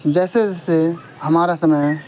جیسے جیسے ہمارا سمے